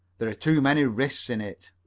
there are too many risks in it.